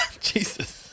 Jesus